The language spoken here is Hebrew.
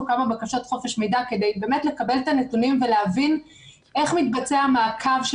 כמה בקשות חופש מידע כדי באמת לקבל את הנתונים ולהבין איך מתבצע מעקב של